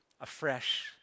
afresh